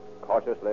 Cautiously